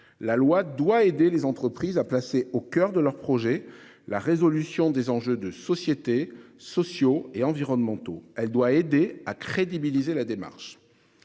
La loi doit aider les entreprises à placer au coeur de leur projet. La résolution des enjeux de société, sociaux et environnementaux. Elle doit aider à crédibiliser la démarche.